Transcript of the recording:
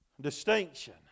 distinction